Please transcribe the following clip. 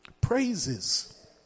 Praises